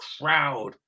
crowd